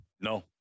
No